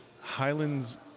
Highlands